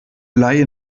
laie